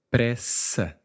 Pressa